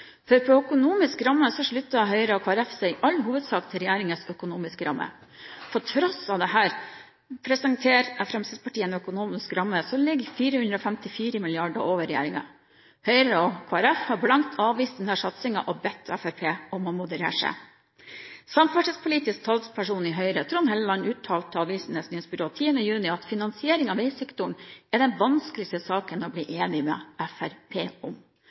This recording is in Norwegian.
det gjelder økonomisk ramme, slutter Høyre og Kristelig Folkeparti seg i all hovedsak til regjeringens. På tross av dette presenterer Fremskrittspartiet en økonomisk ramme som ligger 454 mrd. kr over regjeringen. Høyre og Kristelig Folkeparti har blankt avvist denne satsingen og bedt Fremskrittspartiet om å moderere seg. Samferdselspolitisk talsperson i Høyre, Trond Helleland, uttalte til Avisenes Nyhetsbyrå 10. juni at finansieringen av veisektoren er den vanskeligste saken å bli enig med Fremskrittspartiet om.